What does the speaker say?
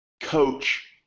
coach